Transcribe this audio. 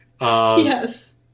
Yes